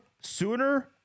sooner